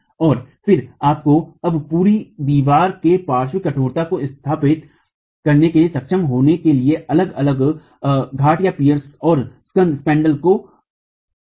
और फिर आपको अब पूरी दीवार के पार्श्व कठोरता को स्थापित करने में सक्षम होने के लिए अलग अलग घाटपियर्स और स्कन्ध को इकट्ठा करने की आवश्यकता है